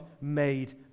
made